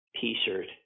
T-shirt